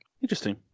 Interesting